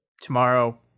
tomorrow